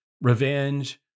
revenge